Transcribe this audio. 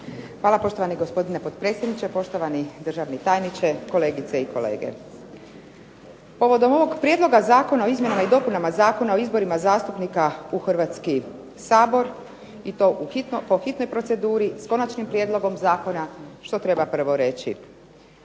Hvala. Poštovani gospodine potpredsjedniče, poštovani državni tajniče, kolegice i kolege. Povodom ovog prijedloga zakona o izmjenama i dopunama Zakona o izborima zastupnika u Hrvatski sabor i to po hitnoj proceduri s KOnačnim prijedlogom Zakona, što treba prvo reći?